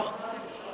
אף אחד לא שאל אותי.